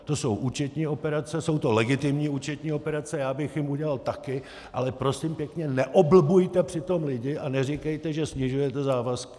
To jsou účetní operace, jsou to legitimní účetní operace, já bych je udělal taky, ale prosím pěkně, neoblbujte přitom lidi a neříkejte, že snižujete závazky.